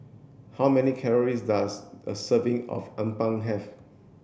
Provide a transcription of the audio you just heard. how many calories does a serving of Appam have